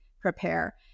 prepare